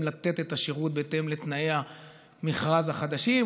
לתת את השירות בהתאם לתנאי המכרז החדשים,